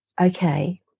okay